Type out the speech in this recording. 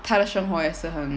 他的生活也是很